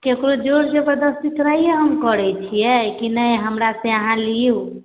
केकरो जोर जबरदस्ती तऽ नहि ने हम करै छियै कि नहि हमरा से अहाँ लियू